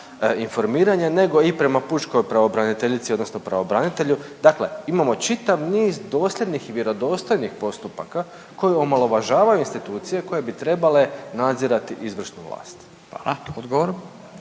informiranje, nego i prema pučkoj pravobraniteljici, odnosno pravobranitelju. Dakle, imamo čitav niz dosljednih, vjerodostojnih postupaka koji omalovažavaju institucije koje bi trebale nadzirati izvršnu vlast. **Radin,